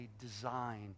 design